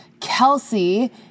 Kelsey